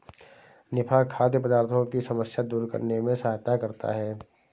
निफा खाद्य पदार्थों की समस्या दूर करने में सहायता करता है